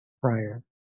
prior